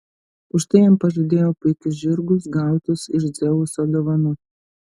už tai jam pažadėjo puikius žirgus gautus iš dzeuso dovanų